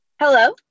Hello